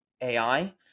AI